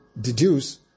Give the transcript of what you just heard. deduce